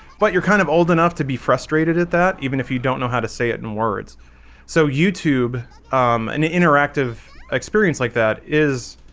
but you're kind of old enough to be frustrated at that even if you don't know how to say it in words so youtube an interactive interactive experience like that is